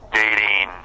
dating